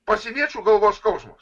pasieniečių galvos skausmas